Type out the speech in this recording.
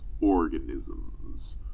organisms